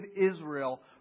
Israel